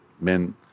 men